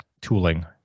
tooling